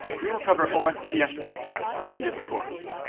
we will cover ospf in depth in this course,